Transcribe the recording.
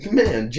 man